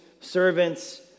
servants